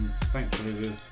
Thankfully